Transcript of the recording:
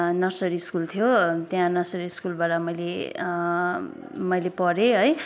nursery school थियो त्यहाँ nursery स्कुलबाट मैले मैले पढेँ है